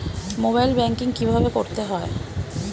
Mobile banking কীভাবে করতে হয়?